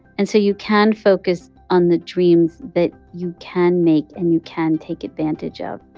and so you can focus on the dreams that you can make and you can take advantage of.